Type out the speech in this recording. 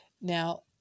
Now